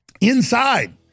Inside